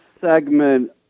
segment